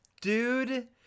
Dude